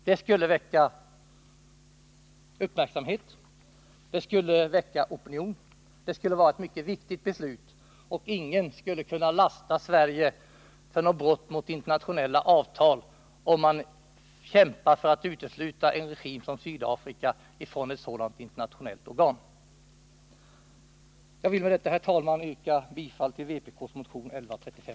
Det skulle väcka uppmärksamhet, det skulle väcka opinion och det skulle vara ett mycket viktigt beslut. Ingen skulle kunna lasta Sverige för något brott mot internationella avtal om vi kämpar för att utesluta en regim som Sydafrika ur ett sådant internationellt organ. Jag vill med detta, herr talman, yrka bifall till vpk:s motion 1135.